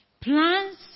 Plans